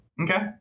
Okay